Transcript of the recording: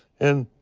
and.